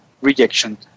rejection